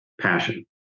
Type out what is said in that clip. passion